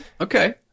Okay